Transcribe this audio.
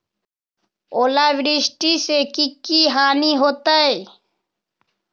ओलावृष्टि से की की हानि होतै?